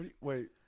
Wait